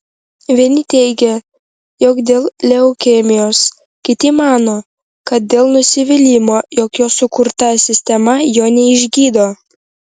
vieni teigia jog dėl leukemijos kiti mano kad dėl nusivylimo jog jo sukurta sistema jo neišgydo